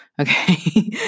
okay